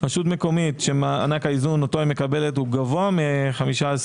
רשות מקומית שמענק האיזון אותו היא מקבלת הוא גבוה מ-15.25%,